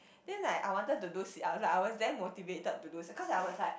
then like I wanted to do sit ups I was damn motivated to do cause I was like